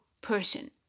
person